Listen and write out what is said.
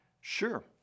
Sure